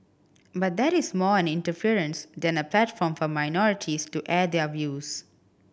but that is more an inference than a platform for minorities to air their views